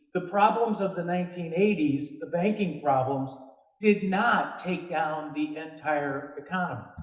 the problems of the nineteen eighty s the banking problems did not take down the entire economy.